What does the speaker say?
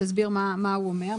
תסביר מה הוא אומר.